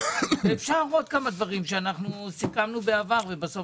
ואפשר עוד כמה דברים שאנחנו סיכמנו בעבר ובסוף